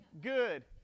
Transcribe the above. Good